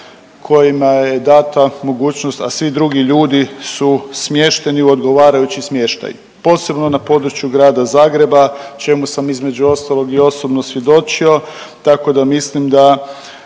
kojima je data mogućnost, a svi drugi ljudi su smješteni u odgovarajući smještaj posebno na području Grada Zagreba čemu sam između ostalog i osobno svjedočio tako da mislim da